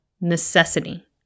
necessity